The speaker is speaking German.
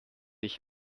ich